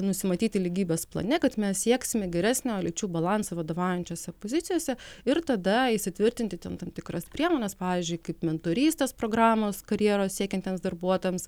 nusimatyti lygybės plane kad mes sieksime geresnio lyčių balansą vadovaujančiose pozicijose ir tada įsitvirtinti ten tam tikras priemones pavyzdžiui kaip mentorystės programos karjeros siekiantiems darbuotojams